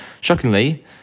shockingly